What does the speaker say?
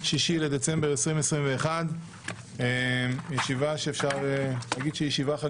ה-6 בדצמבר 2021. מתכבד לפתוח את ישיבת הוועדה בנושא המלצה